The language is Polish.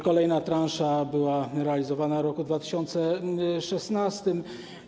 Kolejna transza była realizowana w roku 2016.